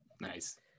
Nice